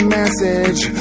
message